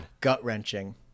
Gut-wrenching